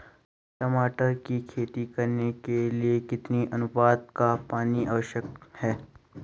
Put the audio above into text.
टमाटर की खेती करने के लिए कितने अनुपात का पानी आवश्यक है?